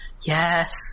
Yes